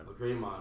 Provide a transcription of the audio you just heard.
Draymond